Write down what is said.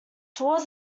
toward